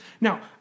Now